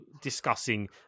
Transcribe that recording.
discussing